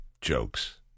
jokes